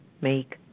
make